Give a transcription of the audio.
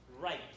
Right